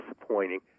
disappointing